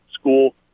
School